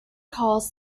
calls